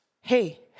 Hey